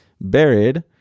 buried